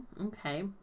Okay